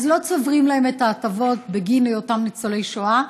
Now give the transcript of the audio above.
אז לא צוברים להם את ההטבות בגין היותם ניצולי שואה,